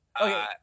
Okay